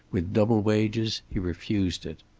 with double wages, he refused it.